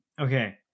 okay